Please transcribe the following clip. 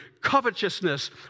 covetousness